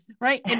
Right